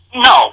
No